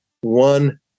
one